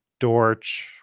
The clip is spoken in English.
Dorch